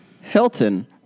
Hilton